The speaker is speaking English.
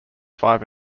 five